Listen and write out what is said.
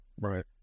Right